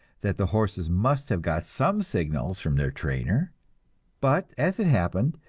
that the horses must have got some signals from their trainer but, as it happened,